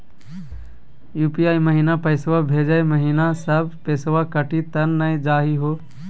UPI महिना पैसवा भेजै महिना सब पैसवा कटी त नै जाही हो?